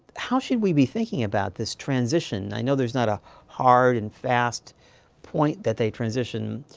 how should we be thinking about this transition? i know there's not a hard-and-fast point that they transition.